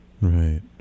right